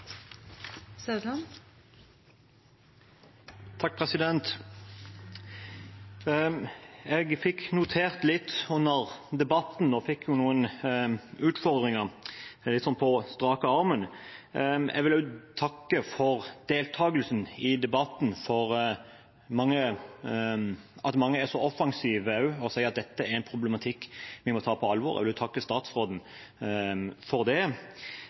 Jeg fikk notert litt under debatten og fikk noen utfordringer på strak arm. Jeg vil takke for deltakelsen i debatten, og for at mange er så offensive og sier at dette er en problematikk vi må ta på alvor. Jeg vil også takke statsråden for det.